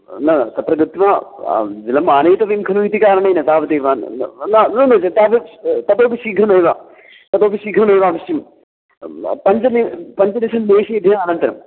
न तत्र गत्वा जलम् आनेतव्यं खलु इति कारणेन तावदेव न न न तादृशं ततोपि शीघ्रमेव ततोपि शीघ्रमेव अवश्यं पञ्च नि पञ्चदशनिमिषेभ्यः अनन्तरम्